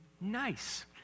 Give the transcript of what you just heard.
nice